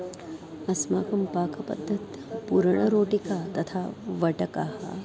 अस्माकं पाकपद्धत्यां पूरणरोटिका तथा वटकाः